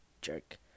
jerk